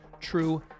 True